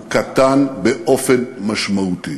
הוא קטן באופן משמעותי.